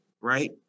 right